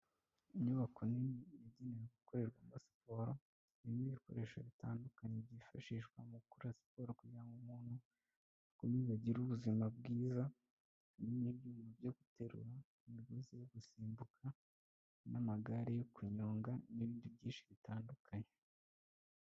Inyubako nini igenewe gukorerwa na siporo, irimo ibikoresho bitandukanye byifashishwa mu gukora siporo kugira ngo umuntu ameze agire ubuzima bwiza, irimo ibyuma byo guterura, imigozi yo gusimbuka n'amagare yo kunyonga n'ibindi byinshi bitandukanye.